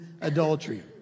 adultery